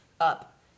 up